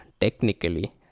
technically